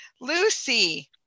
Lucy